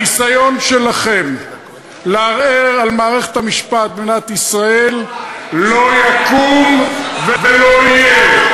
הניסיון שלכם לערער על מערכת המשפט במדינת ישראל לא יקום ולא יהיה.